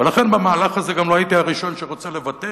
ולכן במהלך הזה גם לא הייתי הראשון שרוצה לוותר.